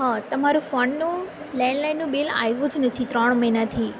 હા તમારું ફોનનું લેન્ડલાઇનનું બિલ આવ્યું જ નથી ત્રણ મહિનાથી